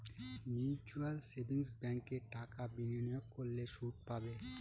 mutual savings ব্যাঙ্কে টাকা বিনিয়োগ করলে সুদ পাবে